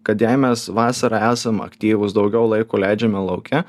kad jei mes vasarą esam aktyvūs daugiau laiko leidžiame lauke